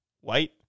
White